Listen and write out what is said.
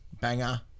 Banger